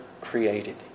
created